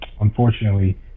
unfortunately